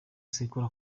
sekuru